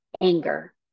anger